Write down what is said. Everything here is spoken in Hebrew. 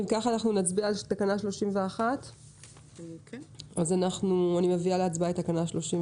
אם כך, נצביע על תקנה 31. מי בעד?